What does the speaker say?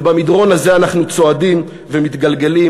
ובמדרון הזה אנחנו צועדים ומתגלגלים